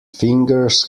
fingers